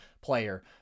player